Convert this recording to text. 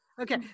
okay